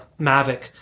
Mavic